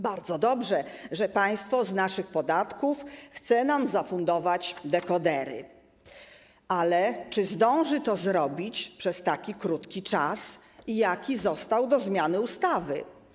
Bardzo dobrze, że państwo z naszych podatków chce nam zafundować dekodery, ale czy zdąży to zrobić przez taki krótki czas, jaki został do zmiany ustawy.